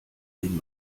den